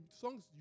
songs